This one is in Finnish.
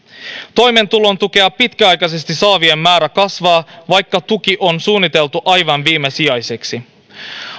toimeentulotukea pitkäaikaisesti saavien määrä kasvaa vaikka tuki on suunniteltu aivan viimesijaiseksi